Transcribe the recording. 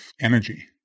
energy